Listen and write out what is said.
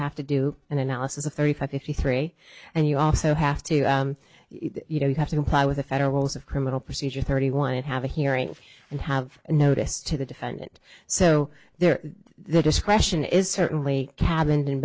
have to do an analysis of thirty five fifty three and you also have to you know you have to comply with the federals of criminal procedure thirty one would have a hearing and have a notice to the defendant so there their discretion is certainly cabin